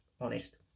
Honest